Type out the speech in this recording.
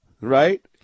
right